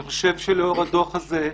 אני חושב שלאור הדוח הזה,